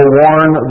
warn